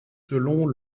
selon